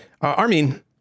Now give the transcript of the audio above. armin